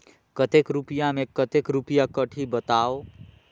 कतेक रुपिया मे कतेक रुपिया कटही बताव?